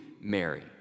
Mary